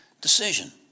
decision